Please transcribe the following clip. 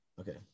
Okay